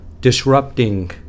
disrupting